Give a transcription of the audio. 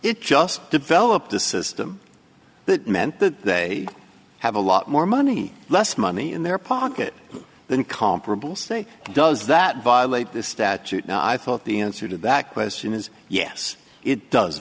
it just developed a system that meant that they have a lot more money less money in their pocket than comparable say does that violate this statute and i thought the answer to that question is yes it does